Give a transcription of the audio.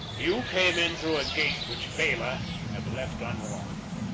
you came in through a gate which bela had left unlocked.